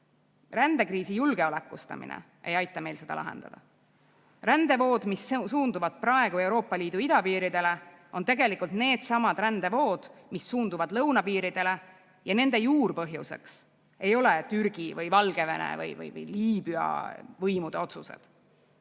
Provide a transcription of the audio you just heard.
Rändekriisi julgeolekustamine ei aita meil seda lahendada. Rändevood, mis suunduvad praegu Euroopa Liidu idapiiridele, on tegelikult needsamad rändevood, mis suunduvad lõunapiiridele. Ja nende juurpõhjuseks ei ole Türgi või Valgevene või Liibüa võimude otsused.